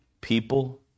people